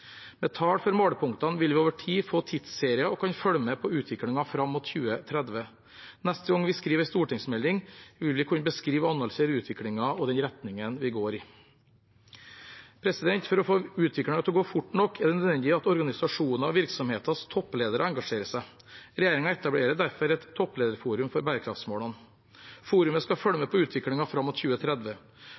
Med tall for målepunktene vil vi over tid få tidsserier og kan føle med på utviklingen fram mot 2030. Neste gang vi skriver en stortingsmelding, vil vi kunne beskrive og analysere utviklingen og den retningen vi går i. For å få utviklingen til å gå fort nok er det nødvendig at organisasjoners og virksomheters toppledere engasjerer seg. Regjeringen etablerer derfor et topplederforum for bærekraftsmålene. Forumet skal følge med på utviklingen fram mot 2030.